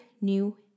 new